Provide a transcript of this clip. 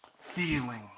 feeling